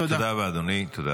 תודה.